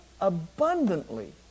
abundantly